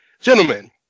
Gentlemen